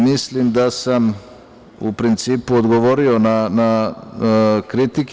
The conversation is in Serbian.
Mislim da sam u principu odgovorio na kritike.